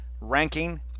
ranking